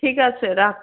ঠিক আছে রাখ